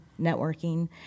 networking